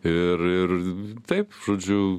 ir ir taip žodžiu